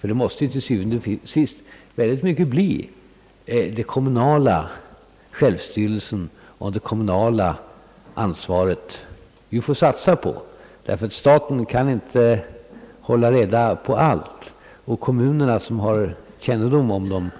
Det måste ju till syvende og sidst i mycket stor utsträckning ändå bli den kommunala självstyrelsen och det kommunala ansvaret som vi får satsa på, ty staten kan inte hålla reda på allt. Kommunerna som har kännedom om